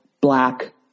black